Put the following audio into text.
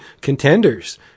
contenders